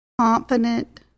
confident